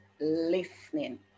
listening